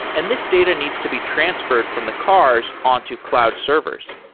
and this data needs to be transferred from the cars on to cloud servers.